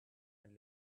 and